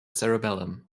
cerebellum